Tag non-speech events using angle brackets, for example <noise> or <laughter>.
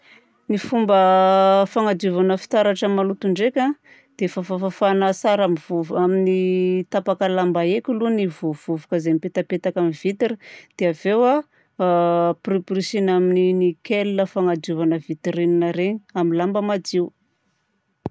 Ny fomba <hesitation> fanadiovana fitaratra maloto ndraika dia fafafafana tsara amin'ny vov- amin'ny tapaka lamba heko aloha ny vovovovoka izay mipetapetaka amin'ny vitre, dia avy eo a <hesitation> poniposiana amin'ny nickel fanadiovagna vitrine ireny amin'ny lamba madio.